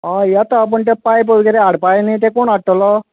हय येता पूण तें पायप वगेरे हाडपा जाय न्ही तें कोण हाडटलो